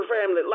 family